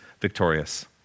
victorious